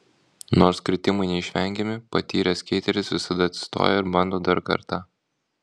nors kritimai neišvengiami patyręs skeiteris visada atsistoja ir bando dar kartą